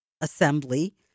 assembly